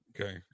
Okay